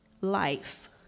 life